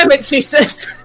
Jesus